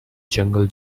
jungle